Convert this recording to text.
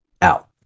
out